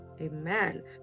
Amen